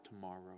tomorrow